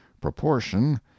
proportion